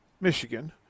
Michigan